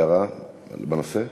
הערה בנושא?